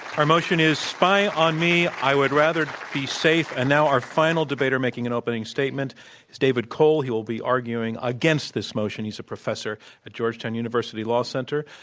our motion is, spy on me, i would rather be safe. and now our final debater making an open statement is david cole. he will be arguing against this motion. he's a professor at georgetown university law center,